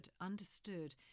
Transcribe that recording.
understood